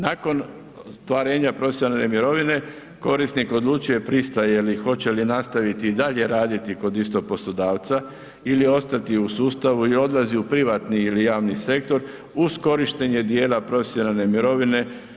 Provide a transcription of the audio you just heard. Nakon ostvarenja profesionalne mirovine korisnik odlučuje pristaje li hoće li nastaviti i dalje raditi kod istog poslodavca ili ostati u sustavu i odlazi u privatni ili javni sektor uz korištenje dijela profesionalne mirovine.